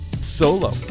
solo